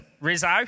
Rizzo